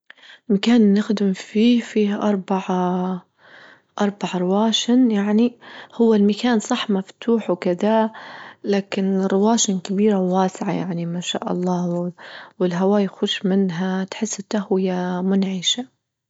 المكان نخدم فيه فيه أربعة-أربعة رواشن يعني هو المكان صح مفتوح وكذا لكن رواشن طويلة وواسعة يعني ما شاء الله والهوا يخش منها تحس التهوية منعشة.